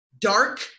Dark